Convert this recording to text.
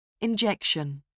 Injection